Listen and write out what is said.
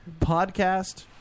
podcast